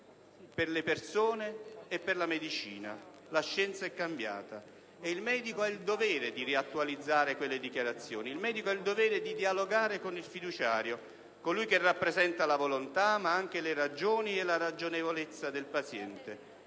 per le persone e per la medicina e la scienza è cambiata. In quel caso il medico ha il dovere di riattualizzare quelle dichiarazioni e di dialogare con il fiduciario, cioè con colui che rappresenta la volontà, ma anche le ragioni e la ragionevolezza del paziente,